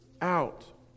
out